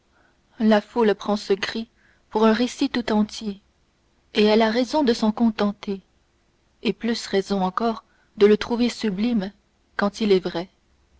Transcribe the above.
la foule prend ce cri pour un récit tout entier et elle a raison de s'en contenter et plus raison encore de le trouver sublime quand il est vrai